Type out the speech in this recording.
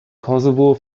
kosovo